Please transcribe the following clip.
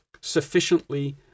sufficiently